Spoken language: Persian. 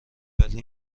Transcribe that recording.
ولی